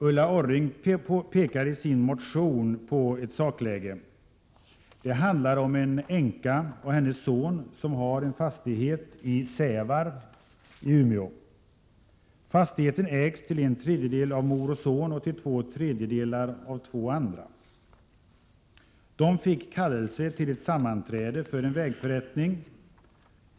Ulla Orring pekar i sin motion på ett sakläge. Det handlar om en änka och hennes son som har en fastighet i Sävar, Umeå. Fastigheten ägs till en tredjedel av mor och son och till två tredjedelar av två andra. Dessa fick kallelse till ett sammanträde om en vägförrättning.